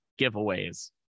giveaways